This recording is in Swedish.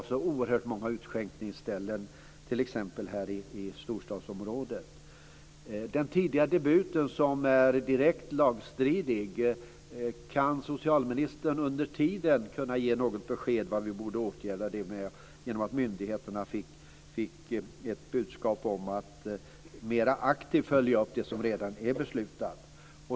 När det gäller den tidiga debuten, som är direkt lagstridig, undrar jag om socialministern under tiden kan ge något besked om åtgärder genom att myndigheterna får ett budskap om att mer aktivt följa upp det som redan är beslutat.